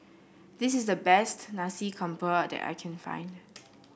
this is the best Nasi Campur that I can find